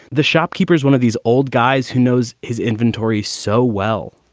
the shopkeepers, one of these old guys who knows his inventory so well.